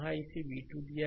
यहां इसे v2 दिया गया है